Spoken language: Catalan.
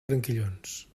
branquillons